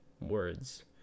words